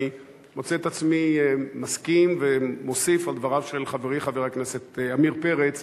אני מוצא את עצמי מסכים ומוסיף על דבריו של חברי חבר הכנסת עמיר פרץ